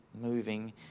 moving